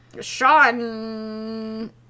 Sean